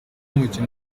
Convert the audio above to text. umukino